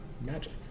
magic